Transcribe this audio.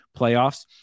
playoffs